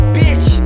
bitch